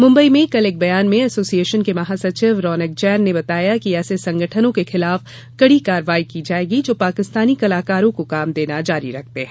मुम्बई में कल एक बयान में एसोसिएशन के महासचिव रोनक जैन ने बताया कि ऐसे संगठनों के खिलाफ कड़ी कार्रवाई की जाएगी जो पाकिस्तानी कलाकारों को काम देना जारी रखते हैं